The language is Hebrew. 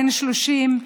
בן 30,